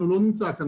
הוא לא נמצא כאן,